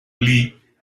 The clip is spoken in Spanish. lee